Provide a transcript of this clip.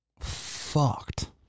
fucked